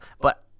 but-